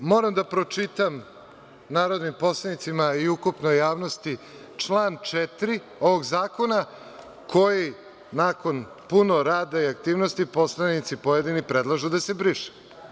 Moram da pročitam narodnim poslanicima i ukupnoj javnosti član 4. ovog zakona, koji nakon puno rada i aktivnosti poslanici pojedini predlažu da se briše.